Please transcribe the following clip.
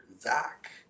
Zach